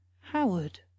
Howard